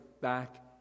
back